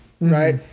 right